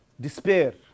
despair